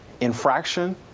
infraction